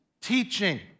teaching